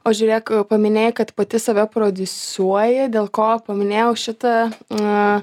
o žiūrėk paminėjai kad pati save prodisuoji dėl ko paminėjau šitą